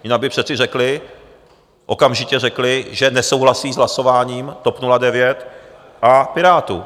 Jinak by přece řekli, okamžitě řekli, že nesouhlasí s hlasováním TOP 09 a Pirátů.